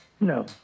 No